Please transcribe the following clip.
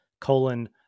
colon